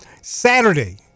Saturday